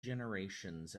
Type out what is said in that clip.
generations